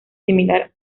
similar